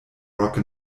rock